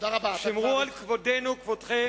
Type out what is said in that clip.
שמרו על כבודנו, כבודכם.